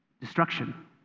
Destruction